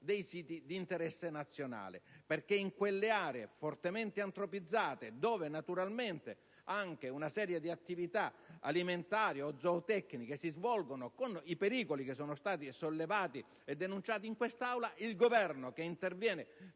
dei siti di interesse nazionale. In quelle aree fortemente antropizzate, dove naturalmente anche una serie di attività alimentari o zootecniche si svolgono con i pericoli sollevati e denunciati in quest'Aula, il Governo - che interviene